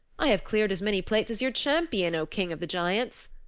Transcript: i have cleared as many plates as your champion, o king of the giants.